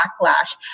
backlash